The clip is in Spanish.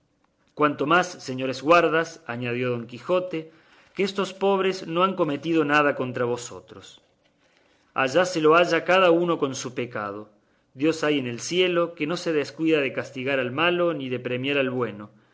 cuanto más señores guardas añadió don quijoteque estos pobres no han cometido nada contra vosotros allá se lo haya cada uno con su pecado dios hay en el cielo que no se descuida de castigar al malo ni de premiar al bueno